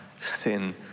sin